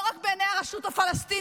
לא רק בעיניי הרשות הפלסטינית,